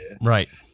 right